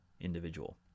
individual